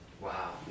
wow